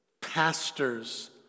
Pastors